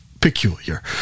peculiar